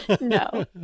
No